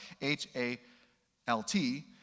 H-A-L-T